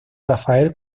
rafael